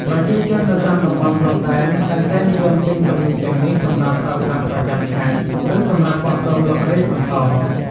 ប្រជាជននៅតាមតំបន់ព្រំដែនតែងតែនិយមទិញទំនិញទាំងនេះសម្រាប់ប្រើប្រាស់ប្រចាំថ្ងៃ ឬសម្រាប់បោះដុំលក់រាយបន្ត។